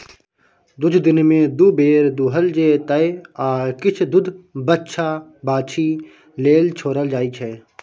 दुध दिनमे दु बेर दुहल जेतै आ किछ दुध बछ्छा बाछी लेल छोरल जाइ छै